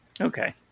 Okay